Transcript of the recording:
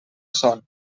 son